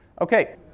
Okay